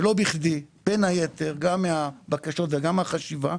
בין היתר גם מהבקשות וגם מהחשיבה,